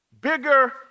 bigger